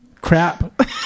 crap